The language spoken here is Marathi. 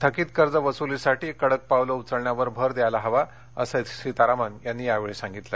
थकीत कर्ज वसुलीसाठी कडक पावलं उचलण्यावर भर द्यायला हवा असं सीतारामन यावेळी म्हणाल्या